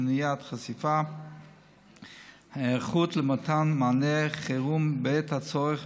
למניעת חשיפה והיערכות למתן מענה חירום בעת הצורך,